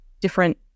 different